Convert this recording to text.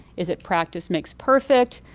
is it practice makes perfect?